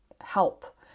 help